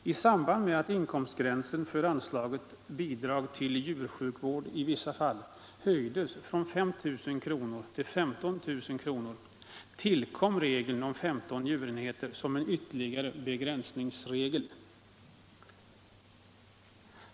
I samband med att inkomstgränsen för anslaget ”Bidrag till djursjukvård i vissa fall” höjdes från 5 000 kr. till 15 000 kr. tillkom regeln om 15 djurenheter som en ytterligare begräsningsregel.